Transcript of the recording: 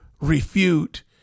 refute